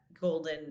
golden